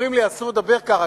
אומרים לי אסור לדבר ככה,